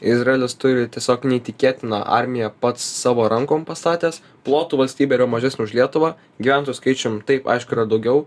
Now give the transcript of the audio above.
izraelis turi tiesiog neįtikėtiną armiją pats savo rankom pastatęs plotu valstybė yra mažesnė už lietuvą gyventojų skaičium taip aišku yra daugiau